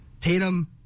Tatum